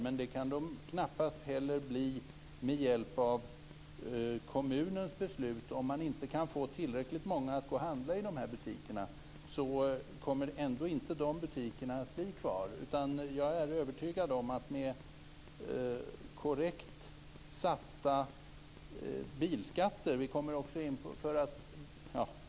Men de kan knappast heller bli kvar med hjälp av kommunens beslut. Om man inte kan få tillräckligt många att gå och handla i de här butikerna så kommer de ändå inte att bli kvar. Jag är övertygad om att det bl.a. handlar om korrekt satta bilskatter.